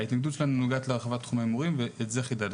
ההתנגדות שלנו נוגעת להרחבת תחום ההימורים ואת זה חידדתי.